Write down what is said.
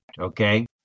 okay